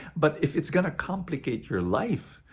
but if it's going to complicate your life.